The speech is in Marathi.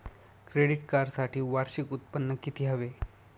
क्रेडिट कार्डसाठी वार्षिक उत्त्पन्न किती हवे?